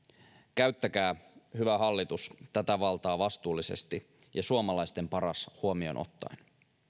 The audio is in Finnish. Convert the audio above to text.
käyttäkää hyvä hallitus tätä valtaa vastuullisesti ja suomalaisten paras huomioon ottaen